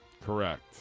correct